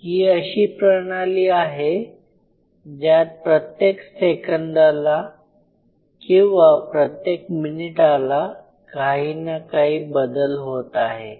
ही अशी प्रणाली आहे ज्यात प्रत्येक सेकंदाला किंवा प्रत्येक मिनिटाला काही ना काही बदल होत आहे